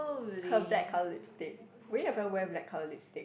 her black colour lipstick will you ever wear black colour lipstick